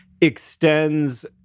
extends